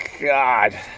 God